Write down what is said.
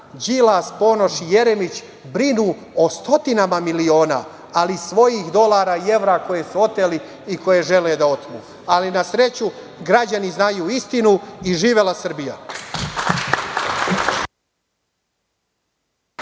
Đilas, Ponoš i Jeremić brinu o stotinama miliona, ali svojih dolara i evra koje su oteli i koje žele da otmu. Na sreću, građani znaju istinu i živela Srbija.